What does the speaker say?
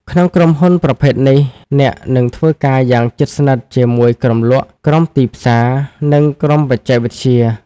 ក្នុងក្រុមហ៊ុនប្រភេទនេះ អ្នកនឹងធ្វើការយ៉ាងជិតស្និទ្ធជាមួយក្រុមលក់ ក្រុមទីផ្សារ និងក្រុមបច្ចេកវិទ្យា។